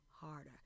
harder